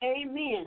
Amen